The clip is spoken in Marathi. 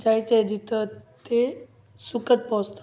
जायचे जिथं ते सुखात पोहोचतात